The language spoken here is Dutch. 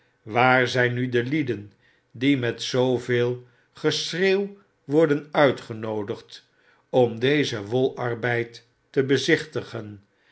waar zijn nu de lieden die met zooveel geschreeuw worden uitgenoodigd ona dezen wolarbeid te bezichtigen